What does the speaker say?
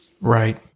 Right